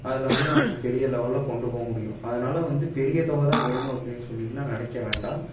அதில் வந்து நம்ம பெரிய லெவல்ல கொண்டு போக முடியும் அதனால வந்து பெரிய தொகை தான் வேணும் அப்படின் சொல்லிடலாம் நினைக்க வேண்டாம்